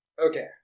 Okay